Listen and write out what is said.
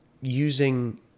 using